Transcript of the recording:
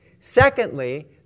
Secondly